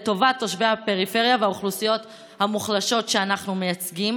לטובת תושבי הפריפריה והאוכלוסיות המוחלשות שאנחנו מייצגים?